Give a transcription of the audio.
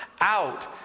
out